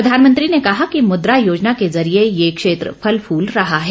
प्रधानमंत्री ने कहा कि मुद्रा योजना के जरिए यह क्षेत्र फल फल रहा है